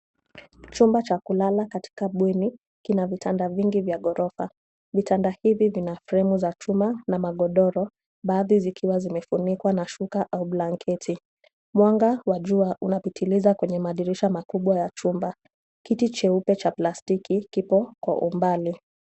Chumba cha kulala katika bweni, kina vitanda vingi vya ghorofa. Vitanda hivi vina fremu za chuma ,na magodoro. Baadhi zikiwa zimefunikwa na shuka au blanketi. Mwanga wa jua, unapitiliza kwenye madirisha makubwa ya chumba. Kiti cheupe cha plastiki, kipo kwa umbali.